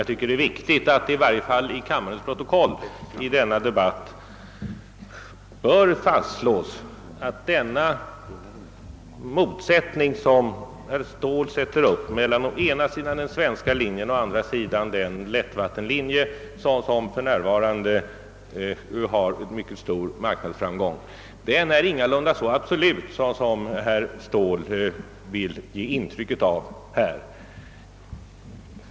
Jag tycker att det är viktigt att det — i varje fall i kammarens protokoll — i denna debatt fastslås att den motsättning, som herr Ståhl reser upp mellan å ena sidan den svenska linjen och å andra sidan den lättvattenlinje, som för närvarande har mycket stor marknadsframgång, ingalunda är så absolut som herr Ståhl vill ge intryck av.